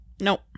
Nope